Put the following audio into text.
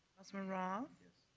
councilman roth. yes.